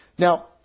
Now